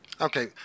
Okay